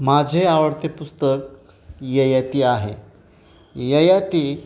माझे आवडते पुस्तक ययाती आहे ययाती